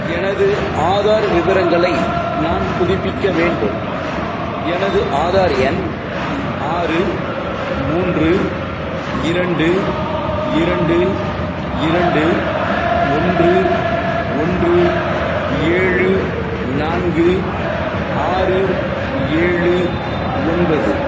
எனது ஆதார் விவரங்களை நான் புதுப்பிக்க வேண்டும் எனது ஆதார் எண் ஆறு மூன்று இரண்டு இரண்டு இரண்டு ஒன்று ஒன்று ஏழு நான்கு ஆறு ஏழு ஒன்பது